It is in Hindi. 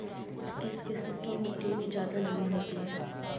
किस किस्म की मिटटी में ज़्यादा नमी होती है?